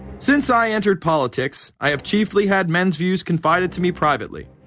since i entered politics, i have chiefly had men's views confided to me privately.